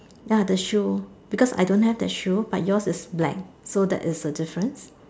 ya the shoe because I don't have that shoe but yours is black so that is the difference